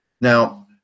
Now